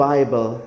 Bible